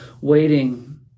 waiting